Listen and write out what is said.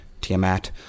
Tiamat